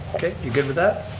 okay, you good with that?